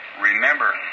remember